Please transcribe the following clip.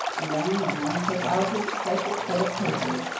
the young man took out his precious bit of paper,